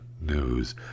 news